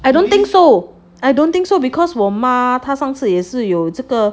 I don't think so I don't think so because 我妈她上次也是有这个